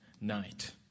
night